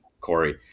Corey